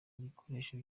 bikoresho